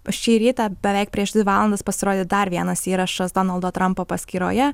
šį rytą beveik prieš dvi valandas pasirodė dar vienas įrašas donaldo trampo paskyroje